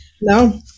no